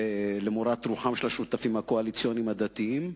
למורת רוחם של השותפים הקואליציוניים הדתיים,